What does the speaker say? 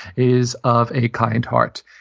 is of a kind heart.